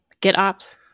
GitOps